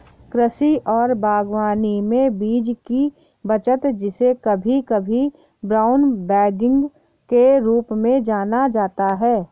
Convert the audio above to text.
कृषि और बागवानी में बीज की बचत जिसे कभी कभी ब्राउन बैगिंग के रूप में जाना जाता है